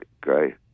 great